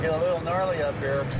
a little gnarly up